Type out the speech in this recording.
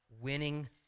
winning